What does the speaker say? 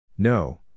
No